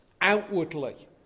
outwardly